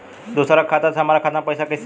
दूसरा के खाता से हमरा खाता में पैसा कैसे आई?